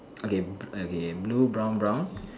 okay okay blue brown brown